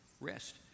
Rest